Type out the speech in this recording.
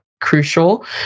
crucial